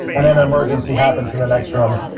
and then an emergency happens in the next room,